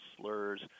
slurs